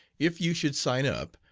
if you should sign up,